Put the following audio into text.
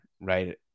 right